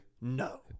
No